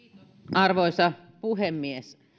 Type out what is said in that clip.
arvoisa puhemies